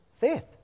faith